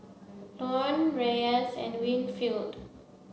Lorne Reyes and Winfield